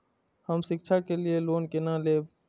हम शिक्षा के लिए लोन केना लैब?